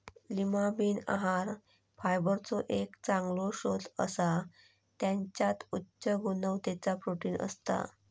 Lima bean आहार फायबरचो एक चांगलो स्त्रोत असा त्याच्यात उच्च गुणवत्तेचा प्रोटीन असता